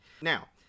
now